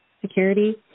security